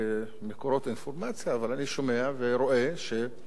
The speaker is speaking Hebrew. אבל אני שומע ורואה שרוב ראשי מערכות